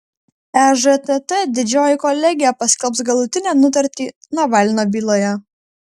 ežtt didžioji kolegija paskelbs galutinę nutartį navalno byloje